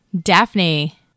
Daphne